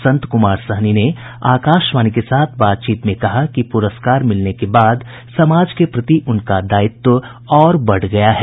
संत कुमार सहनी ने आकाशवाणी के साथ बातचीत में कहा कि पुरस्कार मिलने के बाद समाज के प्रति उनका दायित्व और बढ़ गया है